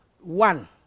One